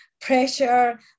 pressure